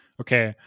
okay